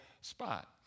spot